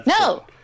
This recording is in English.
No